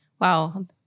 Wow